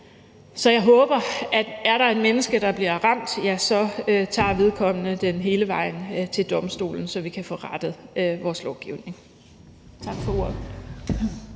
Så jeg håber, hvis der er et menneske, der bliver ramt, at vedkommende tager den hele vejen til domstolen, så vi kan få rettet vores lovgivning.